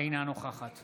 אינה נוכחת